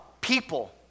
people